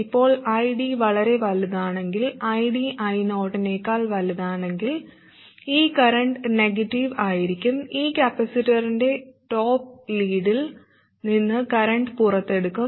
ഇപ്പോൾ ID വളരെ വലുതാണെങ്കിൽ ID I0 നേക്കാൾ വലുതാണെങ്കിൽ ഈ കറന്റ് നെഗറ്റീവ് ആയിരിക്കും ഈ കപ്പാസിറ്ററിന്റെ ടോപ്പ് ലീഡിൽ നിന്ന് കറന്റ് പുറത്തെടുക്കും